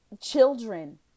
children